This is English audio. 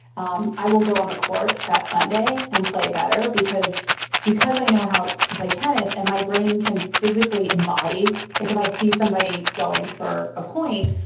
um i will go on the court that sunday and play better because because i know how to play tennis and my brain can physically embody like if i see somebody going for a point,